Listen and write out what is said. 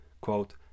quote